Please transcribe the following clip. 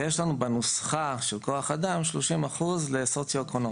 יש לנו בנוסחה של כוח אדם שלושים אחוז לסוציואקונומי.